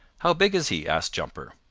how big is he? asked jumper.